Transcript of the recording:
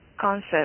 concept